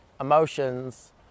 emotions